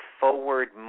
forward